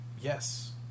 Yes